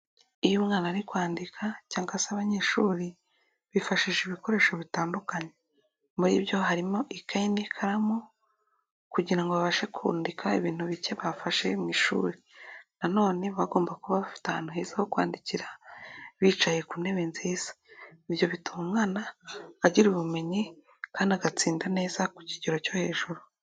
Iyo umwana ari kwandika cyangwa se abanyeshuri, bifashisha ibikoresho bitandukanye muri byo harimo ikayi n'ikaramu, kugira ngo babashe kwandika ibintu bike bafashe mu ishuri, nanone bagomba kuba bafite ahantu heza ho kwandikira, bicaye ku ntebe nziza. Ibyo bituma umwana agira ubumenyi, kandi agatsinda neza ku kigero cyo hejuru.